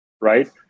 right